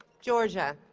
georgia